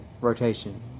rotation